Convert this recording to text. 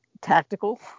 tactical